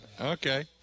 Okay